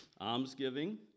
almsgiving